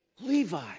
Levi